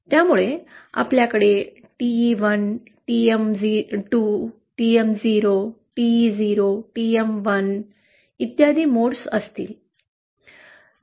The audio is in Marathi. त्यामुळे आपल्याकडे TE1 TM 2 TM0 TE0 TM1 इत्यादी मोड्स असतील